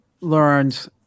learned